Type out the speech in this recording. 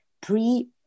pre-